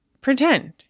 pretend